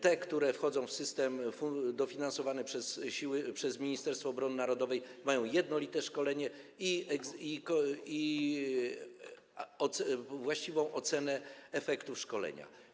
Te, które wchodzą w system, dofinansowane przez Ministerstwo Obrony Narodowej, mają jednolite szkolenie i właściwą ocenę efektów szkolenia.